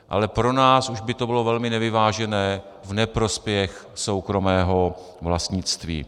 Ale pro nás už by to bylo velmi nevyvážené v neprospěch soukromého vlastnictví.